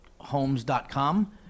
homes.com